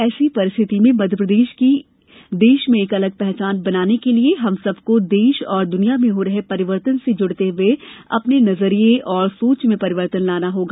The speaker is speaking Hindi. ऐसी परिस्थिति में मध्यप्रदेश की देश में एक अलग पहचान बनाने के लिए हम सबको देश और दुनिया में हो रहे परिवर्तन से जुड़ते हुए अपने नजरिये और सोच में परिवर्तन लाना होगा